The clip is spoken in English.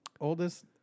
oldest